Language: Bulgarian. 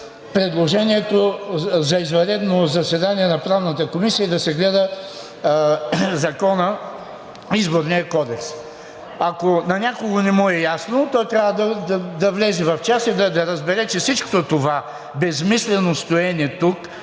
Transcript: предложението за извънредно заседание на Правната комисия и да се гледа Изборният кодекс. Ако на някого не му е ясно, той трябва да влезе в час и да разбере, че всичкото това безсмислено стоене тук,